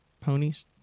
ponies